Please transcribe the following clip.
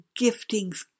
giftings